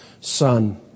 son